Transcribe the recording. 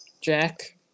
Jack